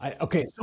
Okay